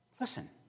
Listen